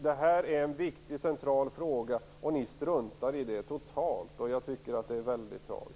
Detta är en central fråga som socialdemokraterna struntar i totalt. Det är tragiskt.